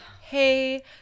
hey